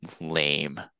lame